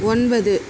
ஒன்பது